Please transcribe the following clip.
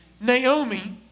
naomi